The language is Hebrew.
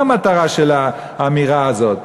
מה המטרה של האמירה הזאת?